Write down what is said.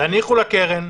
תניחו לקרן,